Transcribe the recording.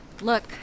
Look